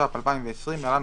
התש"ף 2020‏ (להלן,